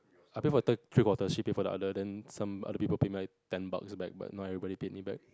I pay for third three bottles she pay for the others then some other people pay my ten box but but not everybody pay it back